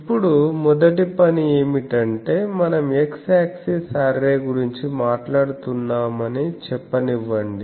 ఇప్పుడు మొదటి పని ఏమిటంటే మనం x యాక్సిస్ అర్రే గురించి మాట్లాడుతున్నామని చెప్పనివ్వండి